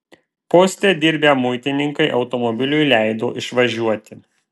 poste dirbę muitininkai automobiliui leido išvažiuoti